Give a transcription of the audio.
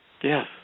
Yes